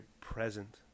present